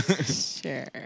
Sure